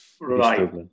right